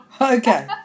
Okay